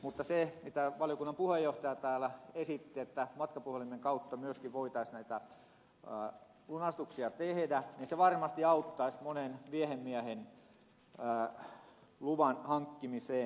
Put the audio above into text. mutta se mitä valiokunnan puheenjohtaja täällä esitti että matkapuhelimen kautta myöskin voitaisiin näitä lunastuksia tehdä varmasti auttaisi monen viehemiehen luvan hankkimiseen